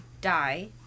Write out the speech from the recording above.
die